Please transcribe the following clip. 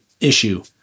issue